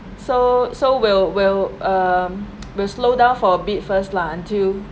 so so we'll we'll um we'll slowdown for a bit first lah until